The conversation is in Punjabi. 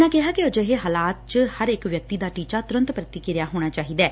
ਉਨ੍ਹਾਂ ਕਿਹਾ ਕਿ ਅਜਿਹੇ ਹਾਲਾਤ ਚ ਹਰ ਇਕ ਵਿਅਕਤੀ ਦਾ ਟੀਚਾ ਤੁਰੰਤ ਪੁਤੀਕਿਰਿਆ ਹੋਣਾ ਚਾਹੀਦੈ